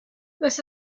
this